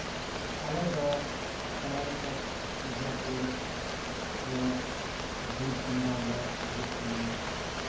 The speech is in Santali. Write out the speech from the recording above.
ᱟᱞᱮᱫᱚ ᱠᱟᱞᱤᱭᱟᱪᱚᱠ ᱥᱳᱡᱟᱯᱩᱨ ᱥᱮ ᱵᱤᱨ ᱥᱮᱸᱫᱽᱨᱟ ᱞᱮ ᱩᱰᱩᱠ ᱞᱮᱱᱟ